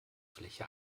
fläche